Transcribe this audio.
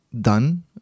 done